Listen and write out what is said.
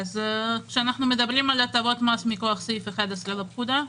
כשאנחנו מדברים על הטבות מס מכוח סעיף 11 לפקודה,